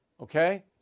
Okay